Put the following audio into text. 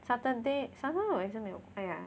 Saturday Saturday 我也是没有 !aiya!